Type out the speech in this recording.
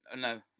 No